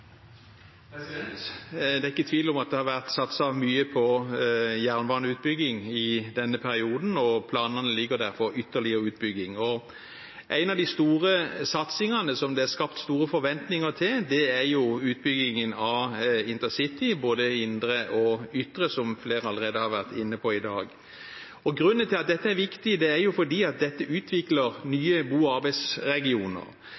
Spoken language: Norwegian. ikke tvil om at det har vært satset mye på jernbaneutbygging i denne perioden, og planene ligger der for ytterligere utbygging. En av de store satsingene som det er skapt store forventninger til, er utbyggingen av intercity, både indre og ytre, som flere allerede har vært inne på i dag. Grunnen til at dette er viktig, er at det utvikler nye, gode arbeidsregioner. Det gir muligheter for et helt annet dynamisk arbeidsmarked, i tillegg til at